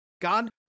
God